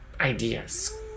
ideas